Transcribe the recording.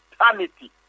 eternity